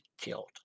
killed